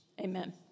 Amen